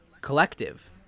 Collective